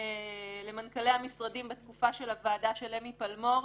למנכ"לי המשרדים בתקופה של ועדת אמי פלמור,